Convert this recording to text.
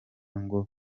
ngo